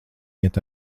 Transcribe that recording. iet